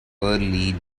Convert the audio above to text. early